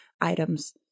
items